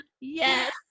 Yes